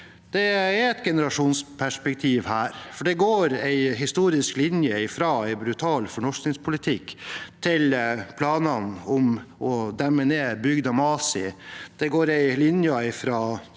Det er et generasjonsperspektiv her, for det går en historisk linje fra en brutal fornorskningspolitikk til planene om å demme ned bygda Masi. Det går en linje fra